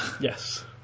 Yes